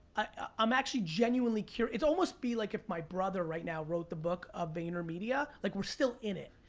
i'm actually, genuinely curious. it's almost be like if my brother right now wrote the book of vayner media, like we're still in it.